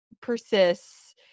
persists